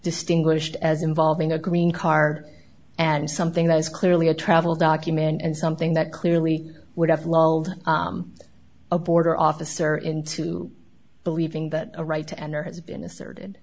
distinguished as involving a green car and something that is clearly a travel document and something that clearly would have a border officer into believing that a right to enter has been asserted